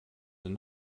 sind